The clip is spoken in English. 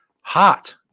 hot